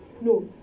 no